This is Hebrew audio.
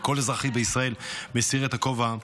כל אזרח בישראל מסיר את הכובע,